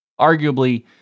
arguably